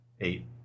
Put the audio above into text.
eight